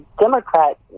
Democrat